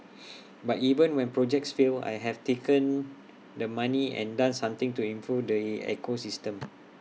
but even when projects fail I have taken the money and done something to improve the ecosystem